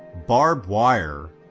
barbwire,